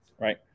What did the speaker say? right